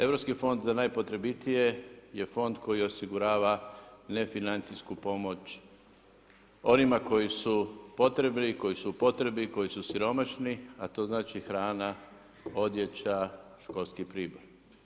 Europski fond za najpotrebitije je fond koji osigurava nefinancijsku pomoć oni koji su potrebni, koji su u potrebi koji su siromašni, a to znači, hrana, odjeća, školski pribor.